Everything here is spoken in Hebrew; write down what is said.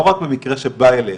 לא רק במקרה שבא אליהם,